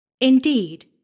Indeed